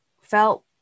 felt